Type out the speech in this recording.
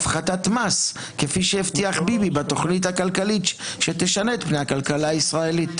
כפי שהבטיח ביבי בתוכנית הכלכלית שתשנה את פני הכלכלה הישראלית".